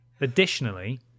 Additionally